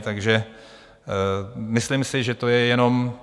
Takže myslím si, že to je jenom...